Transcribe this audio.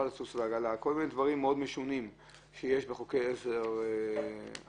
יש כל מיני דברים מאוד משונים בחוקי עזר עתיקים.